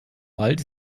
bald